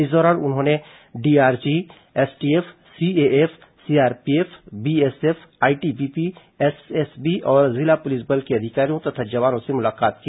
इस दौरान उन्होंने DRG STF CAF CRPF BSF ITBP SSB और जिला पुलिस बल के अधिकारियों तथा जवानों से मुलाकात की